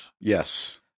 Yes